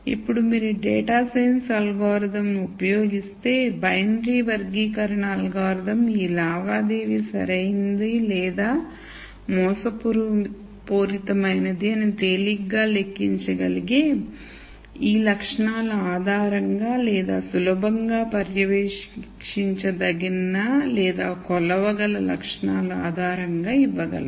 ఇప్పుడు మీరు data science algorithm ఉపయోగిస్తే బైనరీ వర్గీకరణ అల్గోరిథం ఈ లావాదేవీ సరైనది లేదా మోసపూరితమైనది అని తేలికగా లెక్కించగలిగే ఈ లక్షణాల ఆధారంగా లేదా సులభంగా పర్యవేక్షించదగిన లేదా కొలవగల లక్షణాల ఆధారంగా ఇవ్వగలదు